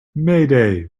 mayday